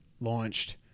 launched